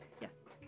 yes